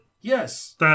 Yes